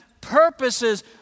purposes